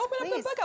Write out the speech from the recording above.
please